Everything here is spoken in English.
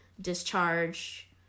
discharge